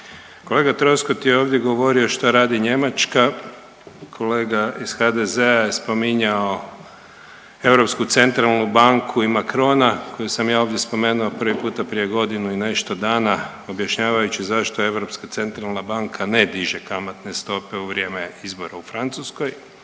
Kolega Troskot je ovdje govorio što radi Njemačka, kolega iz HDZ-a je spominjao Europsku centralnu banku i Macrona koji sam ja ovdje spomenuo prvi puta prije godinu i nešto dana objašnjavajući zašto Europska centralna banka ne diže kamatne stope u vrijeme izbora u Francuskoj.